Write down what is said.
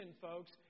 folks